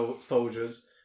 soldiers